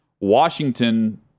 Washington